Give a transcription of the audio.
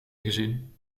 gezien